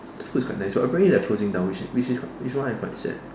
the food is quite nice so apparently they're closing down which is which is why I'm quite sad